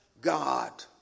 God